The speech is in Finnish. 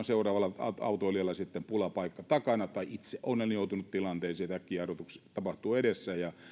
seuraavalla autoilijalla sitten pulapaikka takana tai itse olen joutunut tilanteeseen että äkkijarrutus tapahtuu edessä ja